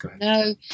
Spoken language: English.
No